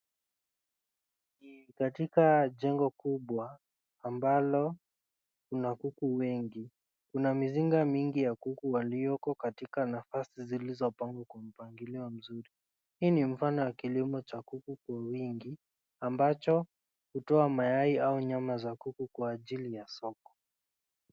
Katika jengo kubwa ambalo ina kuku wengi, kuna mizinga mengi ya kuku walioko katika nafasi zilizopangwa kwa mpangilio mzuri, hii ni mfano wa kilimo cha kuku kwa wingi ambacho hutoa mayai au nyama za kuku kwa ajili ya soko.